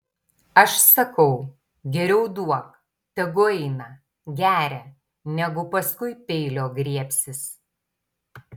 aš sakau geriau duok tegu eina geria negu paskui peilio griebsis